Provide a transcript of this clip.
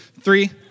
Three